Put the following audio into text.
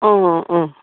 অঁ অঁ অঁ